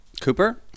Cooper